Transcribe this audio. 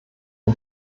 den